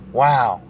wow